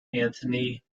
anthony